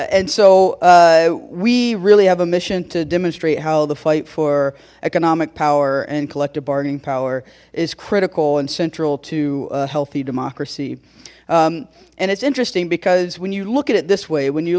and so we really have a mission to demonstrate how the fight for economic power and collective bargaining power is critical and central to a healthy democracy and it's interesting because when you look at it this way when you